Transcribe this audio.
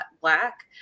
black